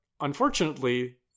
unfortunately